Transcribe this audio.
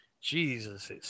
Jesus